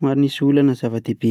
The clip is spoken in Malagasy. Somary nisy olana zava-dehibe